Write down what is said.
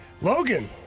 Logan